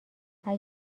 اگه